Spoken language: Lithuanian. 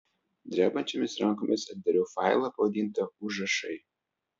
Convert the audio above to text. drebančiomis rankomis atidarau failą pavadintą užrašai